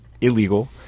illegal